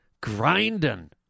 grinding